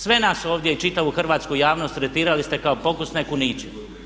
Sve nas ovdje i čitavu hrvatsku javnost tretirali ste kao pokusne kuniće.